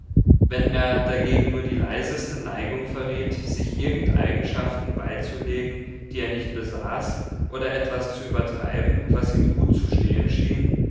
wenn er dagegen nur die leiseste neigung verriet sich irgend eigenschaften beizulegen die er nicht besaß oder etwas zu übertreiben was ihm gut zu stehen schien